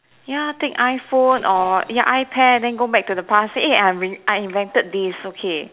ya take iPhone or ya iPad then go back to the past say eh I win I invented this okay